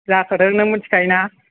जाखादों नों मोनथिखायो ना